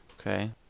Okay